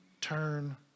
turn